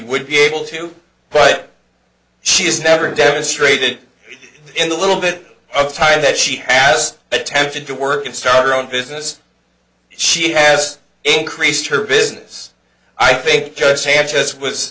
would be able to but she has never demonstrated in the little bit of time that she has attempted to work and start your own business she has increased her business i think